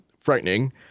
frightening